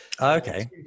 Okay